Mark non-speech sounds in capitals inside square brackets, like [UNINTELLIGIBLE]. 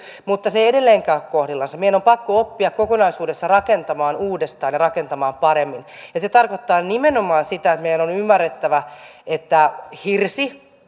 mutta se ei edelleenkään ole kohdillaan meidän on pakko oppia kokonaisuudessaan rakentamaan uudestaan ja rakentamaan paremmin ja se tarkoittaa nimenomaan sitä että meidän on ymmärrettävä että hirsi [UNINTELLIGIBLE]